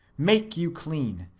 make you clean,